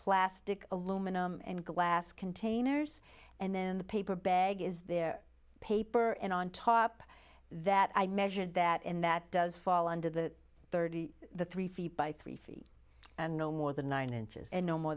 plastic aluminum and glass containers and then the paper bag is their paper and on top that i measured that and that does fall under the thirty three feet by three feet and no more than nine inches and no more